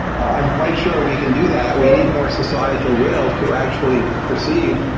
i'm quite sure we can do that. we need more societal will to actually proceed,